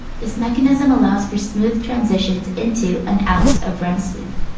this mechanism allows for smooth transitions into and out of rem sleep.